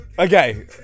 Okay